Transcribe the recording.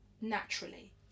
naturally